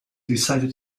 decided